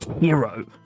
hero